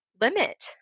limit